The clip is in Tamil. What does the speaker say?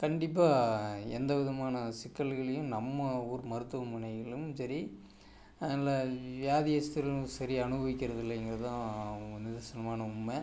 கண்டிப்பாக எந்த விதமான சிக்கல்களையும் நம்ம ஊர் மருத்துவமனையிலயும் சரி இல்லை வியாதியஸ்த்திரலும் சரி அனுபவிக்கிறதுதில்லைங்கிறது தான் நிதர்சனமான உண்மை